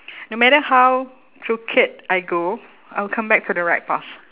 no matter how crooked I go I'll come back to the right path